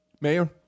Mayor